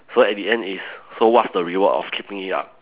so at the end is so what's the reward of keeping it up